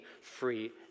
free